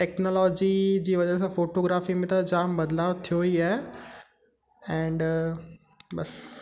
technology जी वजह सां फ़ोटोग्राफी में त जामु बदलाव थियो ई आहे एंड बसि